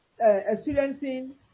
experiencing